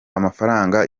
amafaranga